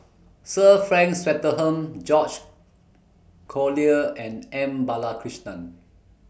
Sir Frank Swettenham George Collyer and M Balakrishnan